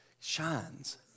shines